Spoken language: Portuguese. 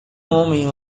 homem